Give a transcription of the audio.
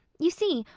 you see,